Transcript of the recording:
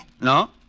No